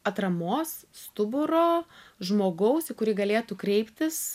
atramos stuburo žmogaus į kurį galėtų kreiptis